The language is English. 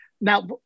now